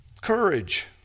Courage